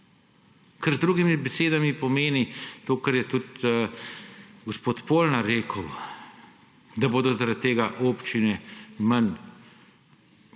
Kar z drugimi besedami pomeni, da to, kar je tudi gospod Polnar rekel, da bodo zaradi tega občine manj dobile